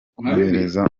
kunyereza